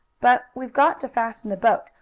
but we've got to fasten the boat,